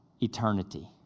eternity